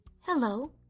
Hello